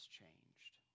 changed